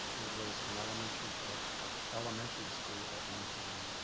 it was an elementary ah elementary school at one time.